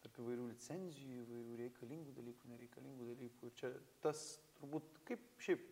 tarp įvairių licencijų reikalingų dalykų nereikalingų dalykų čia tas turbūt kaip šiaip